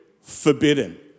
forbidden